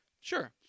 sure